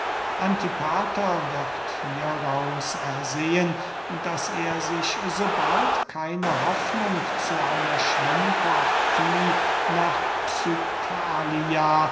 antipater wird hieraus ersehen daß er sich so bald keine hoffnung zu einer schwimmpartie nach